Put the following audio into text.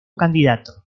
candidato